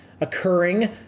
occurring